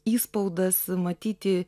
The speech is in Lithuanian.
įspaudas matyti